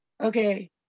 Okay